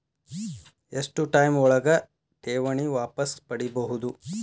ಎಷ್ಟು ಟೈಮ್ ಒಳಗ ಠೇವಣಿ ವಾಪಸ್ ಪಡಿಬಹುದು?